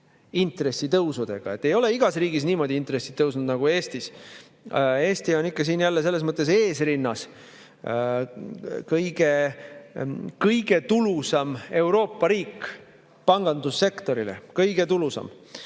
Ei ole igas riigis niimoodi intressid tõusnud nagu Eestis. Eesti on siin jälle selles mõttes esirinnas, kõige tulusam Euroopa riik pangandussektorile. Kõige tulusam!